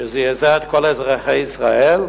שזעזע את כל אזרחי ישראל,